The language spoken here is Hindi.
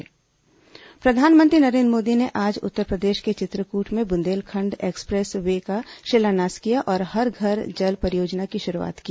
प्रधानमंत्री जल परियोजना प्रधानमंत्री नरेंद्र मोदी ने आज उत्तरप्रदेश के चित्रकूट में बुंदेलखण्ड एक्सप्रेस वे का शिलान्यास किया और हर घर जल परियोजना की शुरूआत की